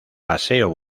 paseo